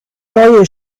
neue